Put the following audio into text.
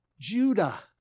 Judah